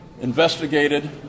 investigated